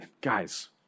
guys